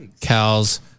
cows